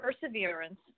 perseverance